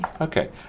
Okay